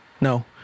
No